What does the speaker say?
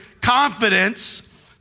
confidence